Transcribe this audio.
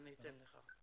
אני אתן לך.